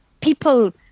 people